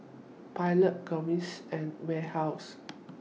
Pilot Gaviscon and Warehouse